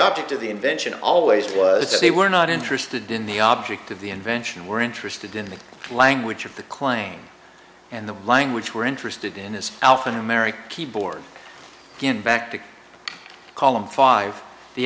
object of the invention always was that they were not interested in the object of the invention we're interested in the language of the claim and the language we're interested in is alphanumeric keyboard going back to column five the